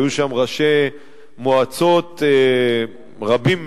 היו שם ראשי מועצות רבים מאוד,